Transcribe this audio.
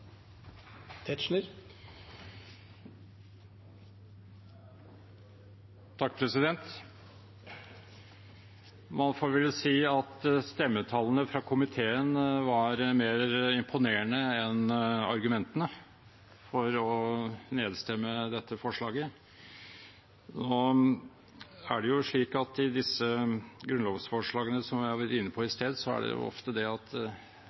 Man får vel si at stemmetallene fra komiteen var mer imponerende enn argumentene for å nedstemme dette forslaget. Nå er det jo ofte slik i disse grunnlovsforslagene – som jeg var inne på i sted – at når enkeltrepresentantene kommer med dem, tar det